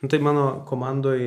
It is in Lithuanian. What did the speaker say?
nu tai mano komandoj